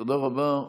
תודה רבה.